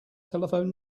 telephone